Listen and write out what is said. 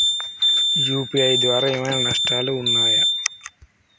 UPI ద్వారా ఏమైనా నష్టాలు ఉన్నయా?